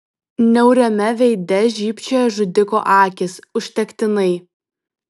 niauriame veide žybčiojo žudiko akys užtektinai